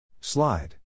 Slide